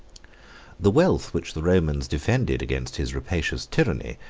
the wealth which the romans defended against his rapacious tyranny,